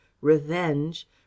revenge